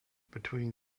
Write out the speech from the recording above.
between